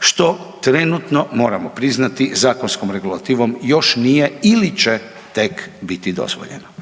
što trenutno moramo priznati zakonskom regulativom još nije ili će tek biti dozvoljeno.